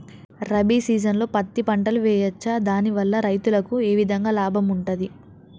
రబీ సీజన్లో పత్తి పంటలు వేయచ్చా దాని వల్ల రైతులకు ఏ విధంగా లాభం ఉంటది?